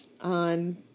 on